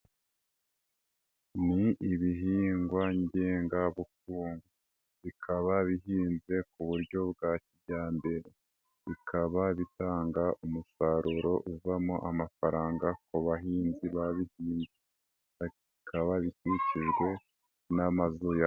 Ni ibihingwagengabukungu, bikaba bihinnze ku buryo bwa kijyambere, bikaba bitanga umusaruro uvamo amafaranga ku bahinzi babihinze, bikaba bikikijwe n'amazu yabo.